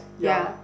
ya